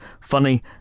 funny